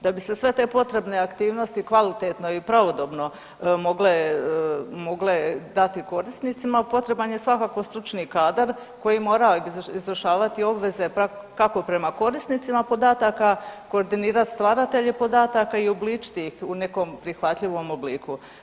Da bi se sve te potrebne aktivnosti kvalitetno i pravodobno mogle dati korisnicima potreban je svakako stručni kadar koji bi morali izvršavati obveze kako prema korisnicima podataka, koordinirati stvaratelje podataka i uobličiti ih u nekom prihvatljivom obliku.